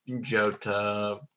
jota